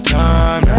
time